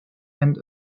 and